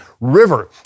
river